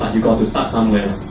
um you got to start somewhere.